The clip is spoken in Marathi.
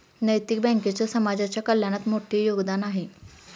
नैतिक बँकेचे समाजाच्या कल्याणात मोठे योगदान आहे